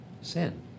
sin